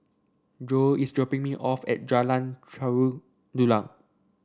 Jo is dropping me off at Jalan Tari Dulang